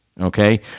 Okay